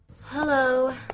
Hello